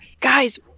Guys